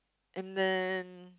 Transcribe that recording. and then